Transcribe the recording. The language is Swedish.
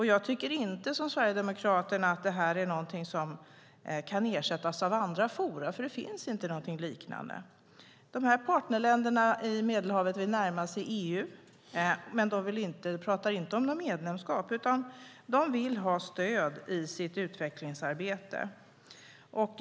Jag tycker inte som Sverigedemokraterna att det här är någonting som kan ersättas av andra forum, för det finns inte någonting liknande. De här partnerländerna vid Medelhavet vill närma sig EU, men de pratar inte om något medlemskap, utan de vill ha stöd i sitt utvecklingsarbete.